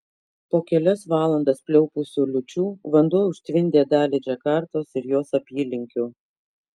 po kelias valandas pliaupusių liūčių vanduo užtvindė dalį džakartos ir jos apylinkių